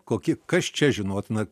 kokie kas čia žinotina